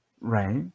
Right